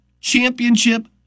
Championship